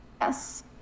yes